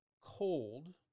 cold